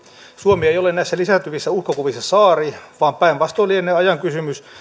suomi ei ole näissä lisääntyvissä uhkakuvissa saari vaan päinvastoin lienee ajan kysymys